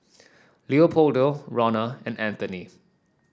Leopoldo Ronna and Anthoney